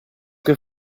che